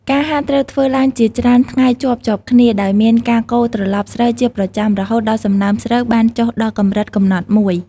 ការហាលត្រូវធ្វើឡើងជាច្រើនថ្ងៃជាប់ៗគ្នា ដោយមានការកូរត្រឡប់ស្រូវជាប្រចាំ រហូតដល់សំណើមស្រូវបានចុះដល់កម្រិតកំណត់មួយ ។